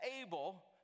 able